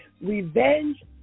Revenge